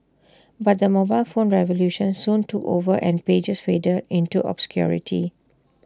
but the mobile phone revolution soon took over and pagers faded into obscurity